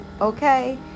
okay